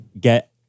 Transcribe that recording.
get